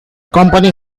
company